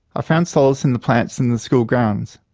ah found solace in the plants in the school grounds.